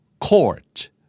court